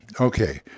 Okay